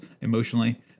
emotionally